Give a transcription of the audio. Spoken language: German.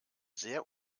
sehr